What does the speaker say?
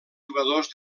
jugadors